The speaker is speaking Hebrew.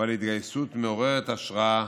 ועל התגייסות מעוררת השראה